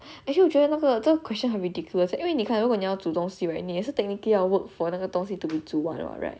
我觉得那个这个 question 很 ridiculous eh 因为你看如果你要煮东西 right 你也是 technically 要 work for 那个东西 to be 煮完 [what] right